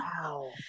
wow